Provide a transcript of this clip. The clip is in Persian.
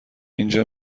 اینجا